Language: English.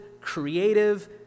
creative